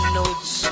notes